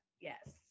yes